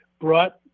brought